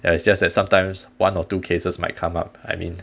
ya it's just that sometimes one or two cases might come up I mean